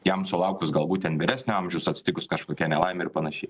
jam sulaukus galbūt ten vyresnio amžiaus atsitikus kažkokiai nelaimėi ar panašiai